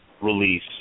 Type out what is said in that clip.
release